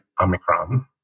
Omicron